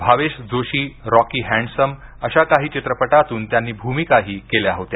Bhavesh Joshi Rocky Handsome अशा काही चित्रपटांतून त्यांनी भूमिकाही केल्या होत्या